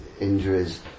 injuries